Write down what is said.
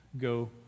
go